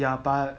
ya but